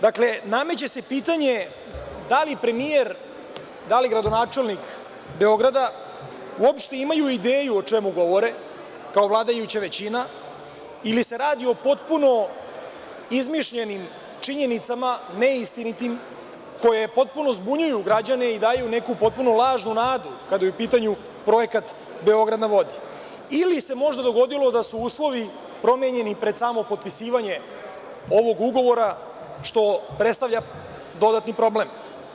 Dakle, nameće se pitanje da li premijer, da li gradonačelnik Beograda uopšte imaju ideju o čemu govore kao vladajuća većina ili se radi o potpuno izmišljenim činjenicama, neistinitim koje potpuno zbunjuju građane i daju neku potpuno lažnu nadu kada je u pitanju projekat „Beograd na vodi“ ili se možda dogodilo da su uslovi promenjeni pred samo potpisivanje ovog ugovora, što predstavlja dodatni problem?